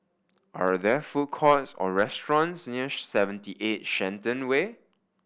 are there food courts or restaurants near Seventy Eight Shenton Way